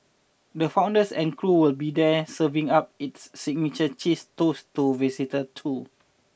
the founders and crew will be there serving up its signature cheese toast to visitor too